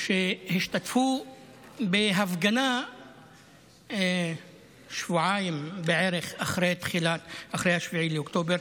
שהשתתפו בהפגנה שבועיים בערך אחרי 7 באוקטובר,